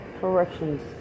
corrections